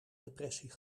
depressie